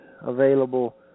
available